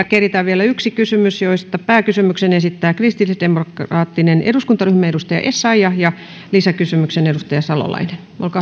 keritään vielä yksi kysymys pääkysymyksen esittää kristillisdemokraattinen eduskuntaryhmä edustaja essayah ja lisäkysymyksen edustaja salolainen